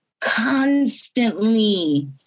constantly